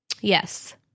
Yes